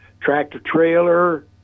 tractor-trailer